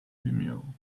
vimeo